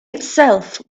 itself